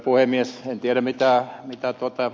en tiedä mitä ed